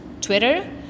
Twitter